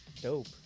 dope